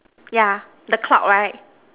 yeah the cloud right